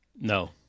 No